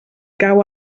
cau